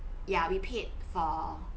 ya we paid for